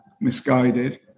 misguided